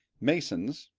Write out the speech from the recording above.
masons,